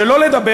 שלא לדבר,